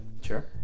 Sure